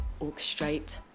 orchestrate